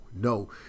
no